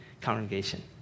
congregation